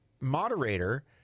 moderator